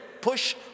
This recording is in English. push